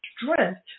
strength